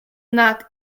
not